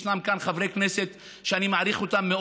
יש כאן חברי כנסת שאני מעריך מאוד,